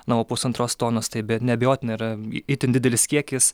na o pusantros tonos tai neabejotinai yra itin didelis kiekis